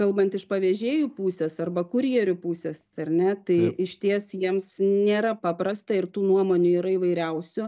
kalbant iš pavežėjų pusės arba kurjerių pusės ar ne tai išties jiems nėra paprasta ir tų nuomonių yra įvairiausių